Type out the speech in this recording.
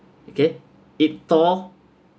okay it torn